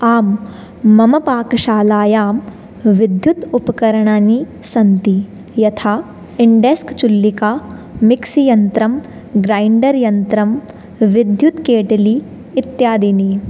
आं मम पाकशालायां विद्युत् उपकरणानि सन्ति यथा इण्डेस्क्चुल्लिका मिक्सियन्त्रं ग्रैण्डर्यन्त्रं विद्युत्केटली इत्यादीनि